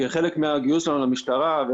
כחלק מהגיוס שלנו למשטרה.